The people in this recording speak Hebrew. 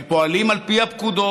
הם פועלים על פי הפקודות,